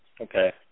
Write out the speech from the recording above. Okay